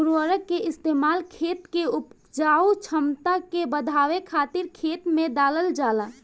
उर्वरक के इस्तेमाल खेत के उपजाऊ क्षमता के बढ़ावे खातिर खेत में डालल जाला